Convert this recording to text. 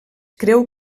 creu